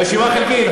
רשימה חלקית.